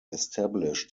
established